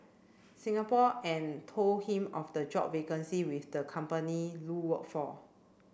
Singapore and told him of the job vacancy with the company Lu worked for